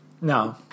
No